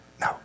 no